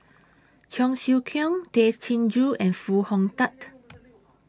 Cheong Siew Keong Tay Chin Joo and Foo Hong Tatt